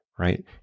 right